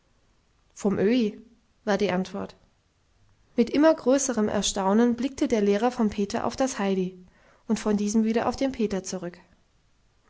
vom öhi war die antwort mit immer größerem erstaunen blickte der lehrer vom peter auf das heidi und von diesem wieder auf den peter zurück